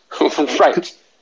Right